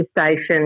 station